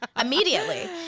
immediately